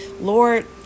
Lord